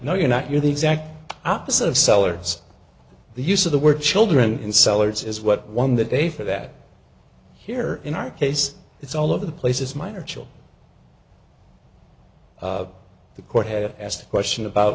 no you're not you're the exact opposite of sellers the use of the word children in cellars is what won the day for that here in our case it's all of the places minor children the court had asked a question about